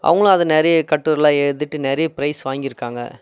அவங்களும் அது நிறைய கட்டுரைலாம் எழுதிவிட்டு நிறைய ப்ரைஸ் வாங்கியிருக்காங்க